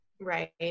Right